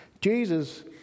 Jesus